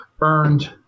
earned